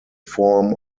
form